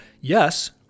yes